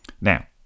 Now